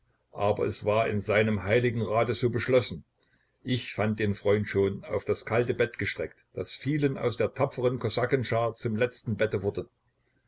aber es war in seinem heiligen rate so beschlossen ich fand den freund schon auf das kalte bett gestreckt das vielen aus der tapferen kosakenschar zum letzten bette wurde